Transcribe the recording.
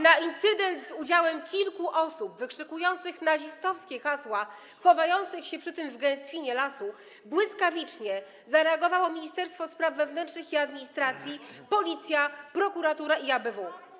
Na incydent z udziałem kilku osób wykrzykujących nazistowskie hasła, chowających się przy tym w gęstwinie lasu, błyskawicznie zareagowały Ministerstwo Spraw Wewnętrznych i Administracji, Policja, prokuratura i ABW.